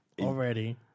Already